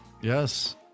Yes